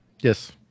Yes